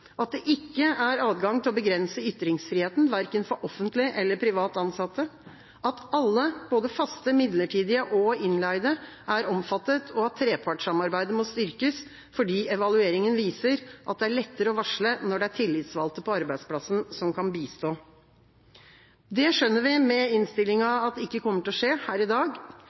at det ikke er adgang til å begrense ytringsfriheten, verken for offentlig eller for privat ansatte; at alle – både faste, midlertidige og innleide – er omfattet, og at trepartssamarbeidet må styrkes fordi evalueringen viser at det er lettere å varsle når det er tillitsvalgte på arbeidsplassen som kan bistå. Det skjønner vi av innstillinga ikke kommer til å skje her i dag.